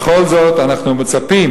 בכל זאת אנחנו מצפים